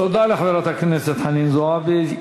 תודה לחברת הכנסת חנין זועבי.